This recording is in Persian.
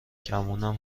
گمونم